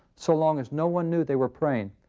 so long as no one knew they were praying.